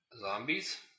Zombies